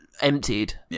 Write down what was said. emptied